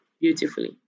beautifully